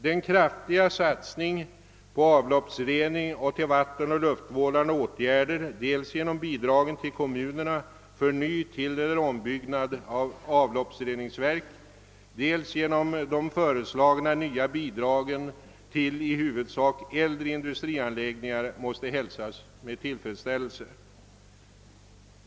Den kraftiga satsning på avloppsrening och till vattenoch luftvårdande åtgärder dels genom bidragen till kommunerna för ny-, tilleller ombyggnad av avloppsreningsverk, dels genom de föreslagna nya bidragen till i huvudsak äldre industrianläggningar måste hälsas med tillfredsställelse.